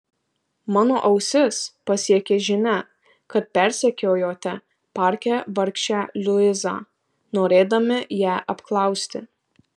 mano ausis pasiekė žinia kad persekiojote parke vargšę luizą norėdami ją apklausti